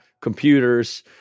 computers